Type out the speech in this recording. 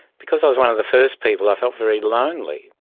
because i was one of the first people, i felt very lonely.